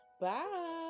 Bye